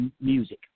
music